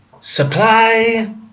supply